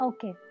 Okay